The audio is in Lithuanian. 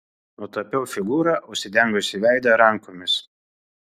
nutapiau figūrą užsidengusią veidą rankomis